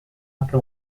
apre